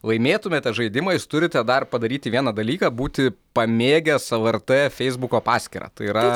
laimėtumėte žaidimą jūs turite dar padaryti vieną dalyką būti pamėgęs lrt feisbuko paskyrą tai yra